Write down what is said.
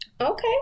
okay